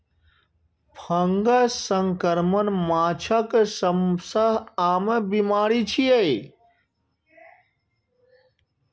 fungus संक्रमण माछक सबसं आम बीमारी छियै